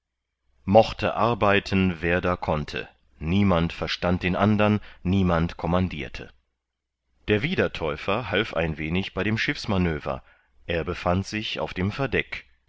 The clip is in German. mochte arbeiten wer da konnte niemand verstand den anderen niemand commandirte der wiedertäufer half ein wenig bei dem schiffsmanöver er befand sich auf dem verdeck